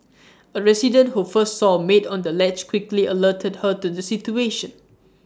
A resident who first saw maid on the ledge quickly alerted her to the situation